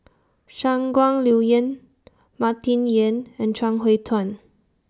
Shangguan Liuyun Martin Yan and Chuang Hui Tsuan